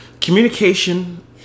communication